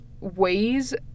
ways